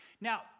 Now